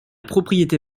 propriété